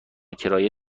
کرایه